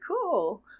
cool